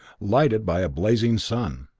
lighted by a blazing sun.